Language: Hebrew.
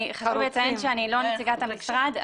חשוב לציין שאני לא נציגת המשרד,